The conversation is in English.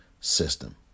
system